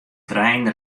trein